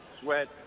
Sweat